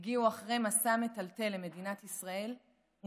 הגיעו למדינת ישראל אחרי מסע מטלטל,